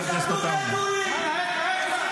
היחידים שיושבים, אין עוד מורשעים בתמיכה בטרור.